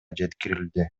жеткирилди